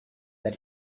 that